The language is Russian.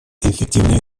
эффективные